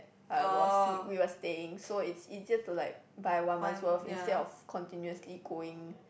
I was we were staying so is easier to like buy one month worth instead of continuously going